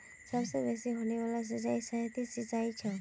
सबसे बेसि होने वाला सिंचाई सतही सिंचाई छ